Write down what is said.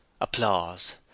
Applause